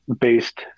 based